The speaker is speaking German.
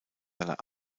seiner